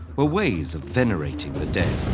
were ways of venerating the dead.